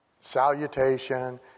Salutation